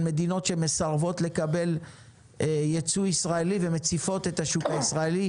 מדינות שמסרבות לקבל ייצוא ישראלי ומציפות את השוק הישראלי,